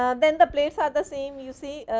ah then the plates are the same you see